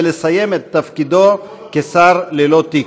ולסיים את תפקידו כשר ללא תיק.